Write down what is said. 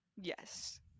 Yes